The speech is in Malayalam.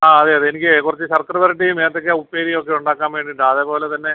ആ അതെ അതെ എനിക്കെ കുറച്ച് ശർക്കരവരട്ടിയും ഏത്തയ്ക്ക ഉപ്പേരി ഒക്കെ ഉണ്ടാക്കാൻ വേണ്ടീട്ട അതേപോലെ തന്നെ